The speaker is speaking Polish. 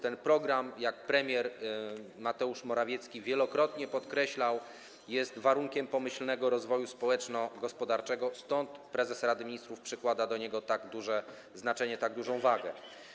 Ten program, jak premier Mateusz Morawiecki wielokrotnie podkreślał, jest warunkiem pomyślnego rozwoju społeczno-gospodarczego, stąd prezes Rady Ministrów przypisuje mu tak duże znaczenie, przykłada do niego tak dużą wagę.